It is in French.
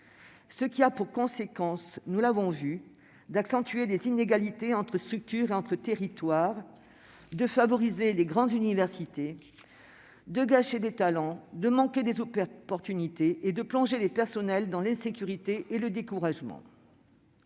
Cela a pour conséquence- nous l'avons vu -d'accentuer les inégalités entre structures et entre territoires, de favoriser les grandes universités, de gâcher des talents, de manquer des opportunités, et de plonger les personnels dans l'insécurité et le découragement.